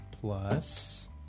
plus